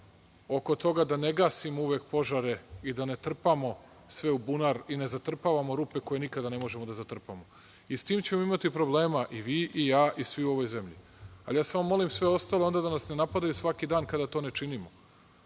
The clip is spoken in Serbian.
oko toga da ne gasim uvek požare i da ne trpamo sve u bunar, i ne zatrpavamo rupe koje nikada ne možemo da zatrpamo. S tim ćemo imati problema i vi, i ja, i svi u ovoj zemlji. Ja samo molim sve ostale onda da nas ne napadaju svaki dan kada to ne činimo.